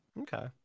Okay